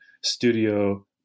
studio